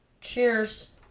Cheers